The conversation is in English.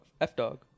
F-Dog